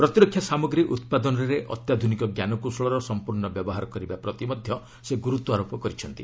ପ୍ରତିରକ୍ଷା ସାମଗ୍ରୀ ଉତ୍ପାଦନରେ ଅତ୍ୟାଧୁନିକ ଞ୍ଜାନକୌଶଳର ସମ୍ପର୍ଶ୍ଣ ବ୍ୟବହାର କରିବା ପ୍ରତି ମଧ୍ୟ ସେ ଗୁରୁତ୍ୱ ଆରୋପ କରିଛନ୍ତି